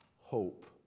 hope